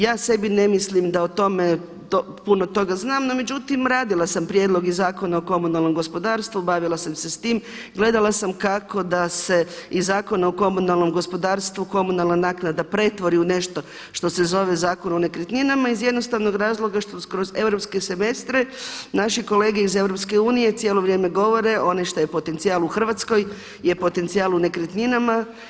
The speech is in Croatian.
Ja sebi ne mislim da o tome, puno toga znam, no međutim radila sam Prijedlog zakona o komunalnom gospodarstvu, bavila sam se sa time, gledala sam kako da se iz Zakona o komunalnom gospodarstvu komunalna naknada pretvori u nešto što se zove Zakon o nekretninama iz jednostavnog razloga što kroz europske semestre naši kolege iz EU cijelo vrijeme govore ono što je potencijal u Hrvatskoj je potencijal u nekretninama.